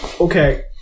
Okay